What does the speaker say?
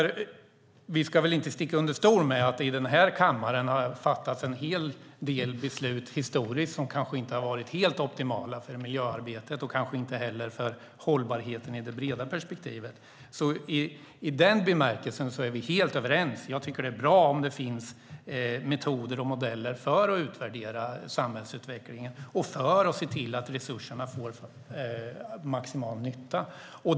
Vi ska väl inte sticka under stol med att det i den här kammaren har fattats en hel del beslut historiskt sett som kanske inte har varit helt optimala för miljöarbetet och kanske inte heller för hållbarheten i det breda perspektivet. I den bemärkelsen är vi helt överens. Jag tycker att det är bra om det finns metoder och modeller för att utvärdera samhällsutvecklingen och för att se till att resurserna gör maximal nytta.